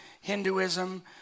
Hinduism